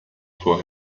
for